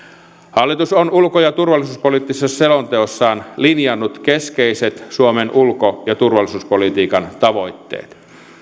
hallitus on ulko ja turvallisuuspoliittisessa selonteossaan linjannut keskeiset suomen ulko ja turvallisuuspolitiikan tavoitteet